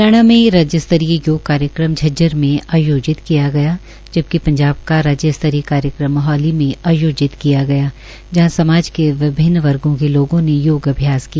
हरियाणा में राज्य स्तरीय योग कार्यक्रम झज्जर मे आयोजित किया गया जबकि पंजाब का राज्य स्तरीय कार्यक्रम मोहाली में आयोजित किया गया जहां समाज के विभिन्न वर्गो के लोगों ने योग अभ्यास किया